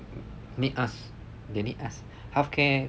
need us they need us healthcare